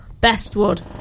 Bestwood